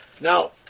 Now